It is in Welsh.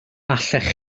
allech